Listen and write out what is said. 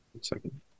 second